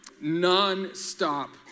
Non-stop